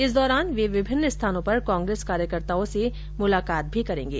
इस दौरान वे विभिन्न स्थानों पर कांग्रेस कार्यकर्ताओं से मुलाकात भी करेंगे